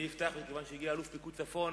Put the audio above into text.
ומכיוון שהגיע אלוף פיקוד צפון,